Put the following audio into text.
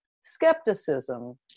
skepticism